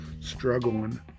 struggling